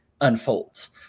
unfolds